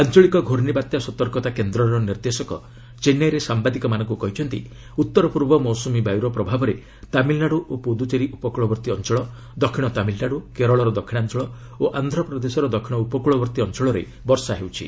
ଆଞ୍ଚଳିକ ପ୍ରର୍ଷିବାତ୍ୟା ସତର୍କତା କେନ୍ଦ୍ରର ନିର୍ଦ୍ଦେଶକ ଚେନ୍ନାଇରେ ସାମ୍ବାାଦିକମାନଙ୍କୁ କହିଛନ୍ତି ଉଉର ପୂର୍ବ ମୌସୁମୀ ବାୟୁର ପ୍ରଭାବରେ ତାମିଲ୍ନାଡୁ ଓ ପୁଡ଼ୁଚେରୀ ଉପକୃଳବର୍ତ୍ତୀ ଅଞ୍ଚଳ ଦକ୍ଷିଣ ତାମିଲ୍ନାଡୁ କେରଳର ଦକ୍ଷିଣାଞ୍ଚଳ ଓ ଆନ୍ଧ୍ରପ୍ରଦେଶର ଦକ୍ଷିଣ ଉପକ୍ଳବର୍ତ୍ତୀ ଅଞ୍ଚଳରେ ବର୍ଷା ହେଉଛି